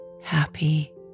happy